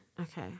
Okay